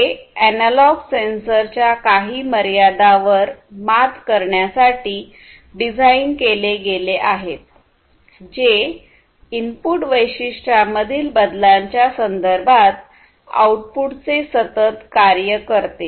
हे एनालॉग सेन्सरच्या काही मर्यादांवर मात करण्यासाठी डिझाइन केले गेले आहेत जे इनपुट वैशिष्ट्यांमधील बदलांच्या संदर्भात आउटपुटचे सतत कार्य करते